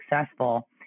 successful